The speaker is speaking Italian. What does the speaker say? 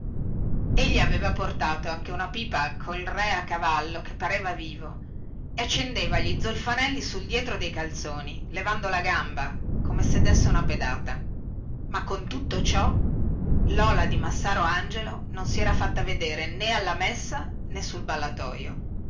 mosche egli aveva portato anche una pipa col re a cavallo che pareva vivo e accendeva gli zolfanelli sul dietro dei calzoni levando la gamba come se desse una pedata ma con tutto ciò lola di massaro angelo non si era fatta vedere nè alla messa nè sul ballatoio